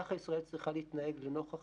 וכך ישראל צריכה להתנהג לנוכח